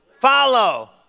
follow